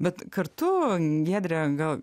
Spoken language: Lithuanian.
bet kartu giedre gal